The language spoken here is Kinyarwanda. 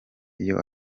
iyo